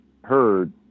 Heard